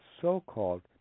so-called